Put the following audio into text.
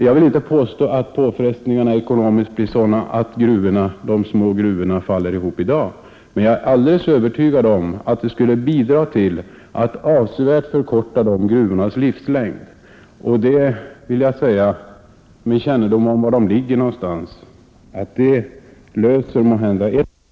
Jag vill inte påstå att påfrestningarna ekonomiskt blir sådana att de små gruvorna faller ihop i dag, men jag är övertygad om att det skulle bidra till att avsevärt förkorta de gruvornas livslängd. Med kännedom om var de gruvorna ligger vill jag säga att det löser måhända ett problem, men det skapar samtidigt många nya problem.